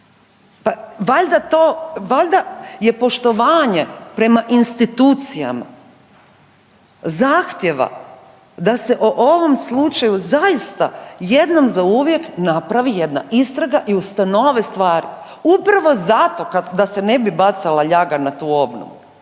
to, valjda je poštovanje prema institucijama zahtjeva da se o ovom slučaju zaista jednom zauvijek napravi jedna istraga i ustanove stvari. Upravo zato da se ne bi bacala ljaga na tu obnovu.